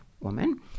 woman